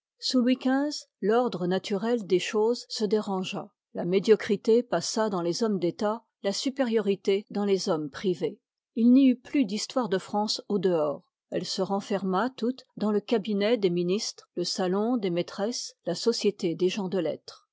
xv l'ordre naturel des choses se dérangea la médiocrité passa dans les hommes d'tat la supériorité dans les hommes privés il n'y eut plus d'histoire de france au dehors elle se renferma toute dans le cabinet des ministres le salon des maîtresses la société des gens de lettres